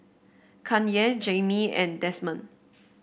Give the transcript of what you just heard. Kanye Jaimee and Desmond